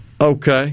Okay